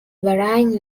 varying